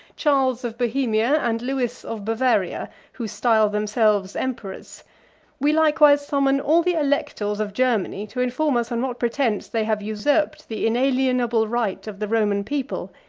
charles of bohemia and lewis of bavaria, who style themselves emperors we likewise summon all the electors of germany, to inform us on what pretence they have usurped the inalienable right of the roman people,